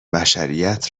بشریت